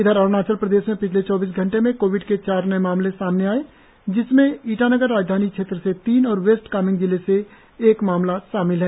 इधर अरुणाचल प्रदेश में पिछले चौबीस घंटे में कोविड के चार नए मामले सामने आए जिसमें ईटानगर राजधानी क्षेत्र से तीन और वेस्ट कार्मेग जिले से एक मामला शामिल है